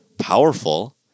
powerful